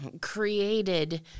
created